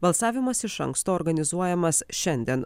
balsavimas iš anksto organizuojamas šiandien